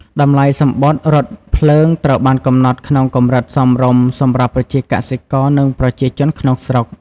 តម្លៃសំបុត្ររថភ្លើងត្រូវបានកំណត់ក្នុងកម្រិតសមរម្យសម្រាប់ប្រជាកសិករនិងប្រជាជនក្នុងស្រុក។